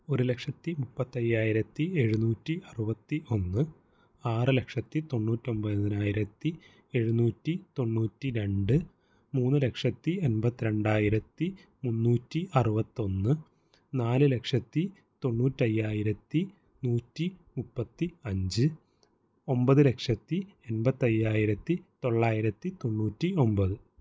ഒരു ലക്ഷത്തി മുപ്പത്തയ്യായിരത്തി എഴുന്നൂറ്റി അറുപത്തി ഒന്ന് ആറ് ലക്ഷത്തി തൊണ്ണൂറ്റൊമ്പതിനായിരത്തി എഴുന്നൂറ്റി തൊണ്ണൂറ്റി രണ്ട് മൂന്ന് ലക്ഷത്തി എണ്പത്തിരണ്ടായിരത്തി മുന്നൂറ്റി അറുപത്തൊന്ന് നാല് ലക്ഷത്തി തൊണ്ണൂറ്റയ്യായിരത്തി നൂറ്റി മുപ്പത്തി അഞ്ച് ഒമ്പത് ലക്ഷത്തി എണ്പത്തയ്യായിരത്തി തൊള്ളായിരത്തി തൊണ്ണൂറ്റി ഒമ്പത്